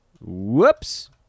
Whoops